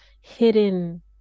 hidden